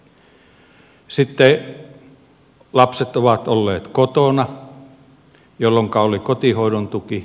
sitten lapset ovat olleet kotona jolloinka oli kotihoidon tuki